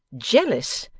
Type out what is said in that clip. jealous!